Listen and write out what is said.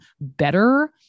better